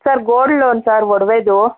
sir gold loan sir ಒಡವೇದು